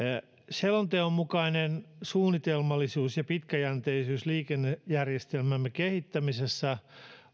selonteon mukainen suunnitelmallisuus ja pitkäjänteisyys liikennejärjestelmämme kehittämisessä